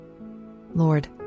Lord